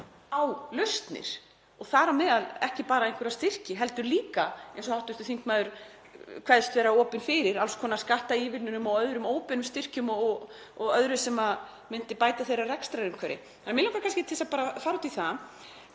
á lausnir og þar á meðal ekki bara einhverja styrki heldur líka, eins og hv. þingmaður kveðst vera opin fyrir, alls konar skattaívilnunum og óbeinum styrkjum og öðru sem myndi bæta þeirra rekstrarumhverfi. Mig langar kannski til að fara út í